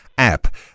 app